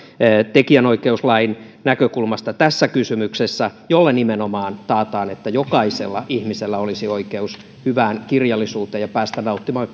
tekijänoikeuslain näkökulmasta tässä kysymyksessä jolla nimenomaan taataan että jokaisella ihmisellä olisi oikeus hyvään kirjallisuuteen ja päästä nauttimaan